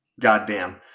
goddamn